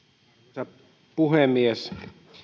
arvoisa puhemies